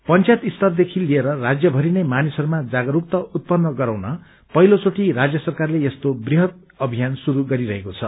पंचायत स्तरदेखि लिएर राज्यरिनै मानिसहरूमा जागरूकता उत्पन्न गराउन पहिलो घोटी राज्य सरकारले यस्तो वृहत अभियान श्रुरू गरिरहेको छ